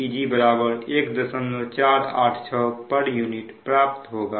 1486 pu प्राप्त होगा